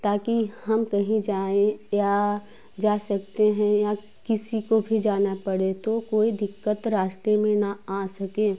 ताकि हम कहीं जाएँ या जा सकते हैं या किसी को भी जाना पड़े तो कोई दिक्कत रास्ते में न आ सकें